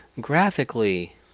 graphically